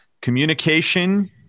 communication